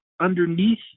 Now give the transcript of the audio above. underneath